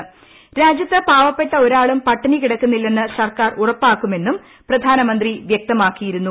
നരേന്ദ്രമോദിയാണ് രാജ്യത്ത് പാവപ്പെട്ട ഒരാളും പട്ടിണി കിടക്കുന്നില്ലെന്ന് സർക്കാർ ഉറപ്പാക്കുമെന്നും പ്രധാനമന്ത്രി വൃക്തമാക്കിയിരുന്നു